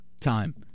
Time